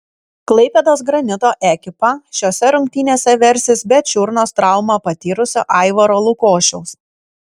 klaipėdos granito ekipa šiose rungtynėse versis be čiurnos traumą patyrusio aivaro lukošiaus